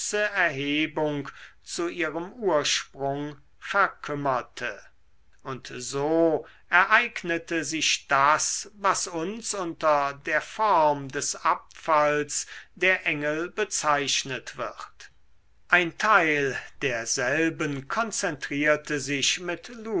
erhebung zu ihrem ursprung verkümmerte und so ereignete sich das was uns unter der form des abfalls der engel bezeichnet wird ein teil derselben konzentrierte sich mit